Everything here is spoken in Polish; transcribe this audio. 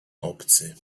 obcy